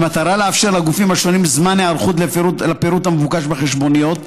במטרה לאפשר לגופים השונים זמן היערכות לפירוט המבוקש בחשבוניות,